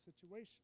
situation